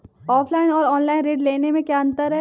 Offline और online ऋण लेने में क्या अंतर है?